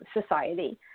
society